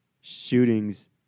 shootings